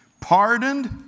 pardoned